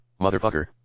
motherfucker